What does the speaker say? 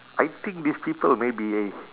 I think these people may be a